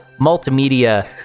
multimedia